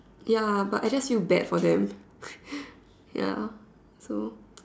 ya but I just feel bad for them ya so